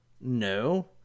No